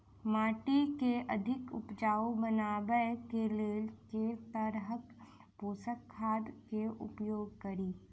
माटि केँ अधिक उपजाउ बनाबय केँ लेल केँ तरहक पोसक खाद केँ उपयोग करि?